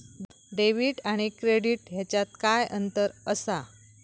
Debit आणि credit ह्याच्यात काय अंतर असा?